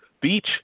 beach